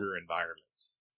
environments